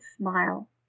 smile